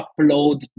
upload